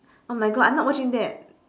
oh my god I'm not watching that